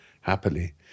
happily